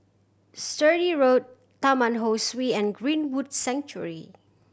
Sturdee Road Taman Ho Swee and Greenwood Sanctuary